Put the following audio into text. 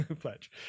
pledge